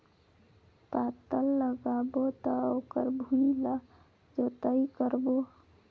पातल लगाबो त ओकर भुईं ला जोतई करबो?